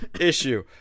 issue